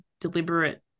deliberate